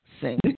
sing